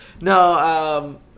No